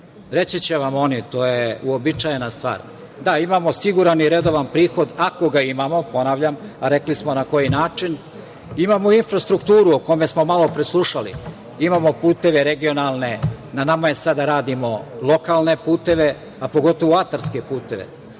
Reći će vam oni, to je uobičajena stvar. Da, imamo siguran i redovan prihod, ako ga imamo, ponavljam, rekli smo na koji način. Imamo infrastrukturu, o čemu smo malo pre slušali, imamo puteve regionalne. Na nama je sada da radimo lokalne puteve, a pogotovo atarske puteve. Pa